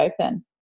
open